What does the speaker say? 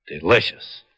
delicious